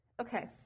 Okay